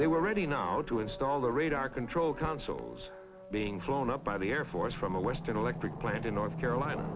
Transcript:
they were ready now to install the radar control console was being flown up by the air force from a western electric plant in north carolina